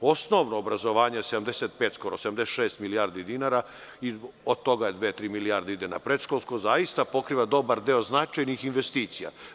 Osnovno obrazovanje 75, skoro 76 milijardi dinara, a od toga 2-3 milijarde ide na predškolsko i zaista pokriva dobar deo značajnih investicija.